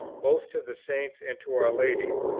both to the saints and to our lady,